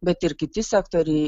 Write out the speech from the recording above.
bet ir kiti sektoriai